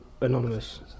anonymous